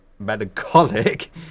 Melancholic